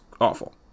awful